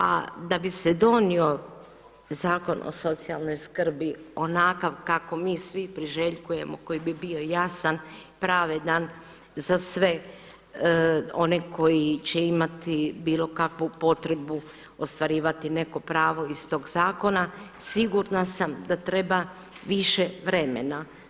A da bi se donio Zakon o socijalnoj skrbi onakav kako mi svi priželjkujemo koji bi bio jasan, pravedan za sve one koji će imati bilo kakvu potrebu ostvarivati neko pravo iz tog zakona sigurna sam da treba više vremena.